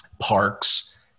parks